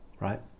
Right